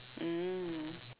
mm